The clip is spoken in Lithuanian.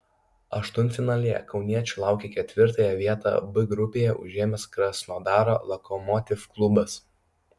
aštuntfinalyje kauniečių laukia ketvirtąją vietą b grupėje užėmęs krasnodaro lokomotiv klubas